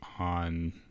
on